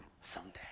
someday